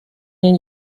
این